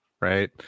right